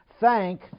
thank